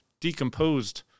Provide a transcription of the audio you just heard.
decomposed